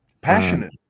passionate